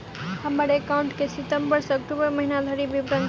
हमरा हम्मर एकाउंट केँ सितम्बर सँ अक्टूबर महीना धरि विवरण चाहि?